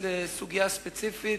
לעסוק בסוגיה ספציפית,